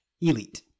Elite